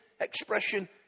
expression